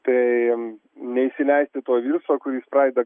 tai neįsileisti to viruso kuris pradeda